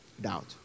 Doubt